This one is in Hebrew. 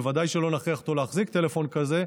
בוודאי שאנחנו לא נכריח אותו להחזיק טלפון כזה.